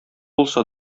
булса